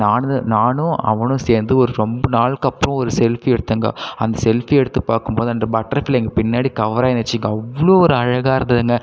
நானும் அந்த நானும் அவனும் சேர்ந்து ஒரு ரொம்ப நாளுக்கப்பறம் ஒரு செல்ஃபி எடுத்தேங்க அந்த செல்ஃபி எடுத்து பார்க்கும்போது அந்த பட்டர்ஃப்ளை எங்களுக்கு பின்னடி கவராயிருந்திச்சிங்க அவ்வளோக ஒரு அழகா இருந்ததுங்க